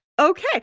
Okay